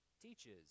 teaches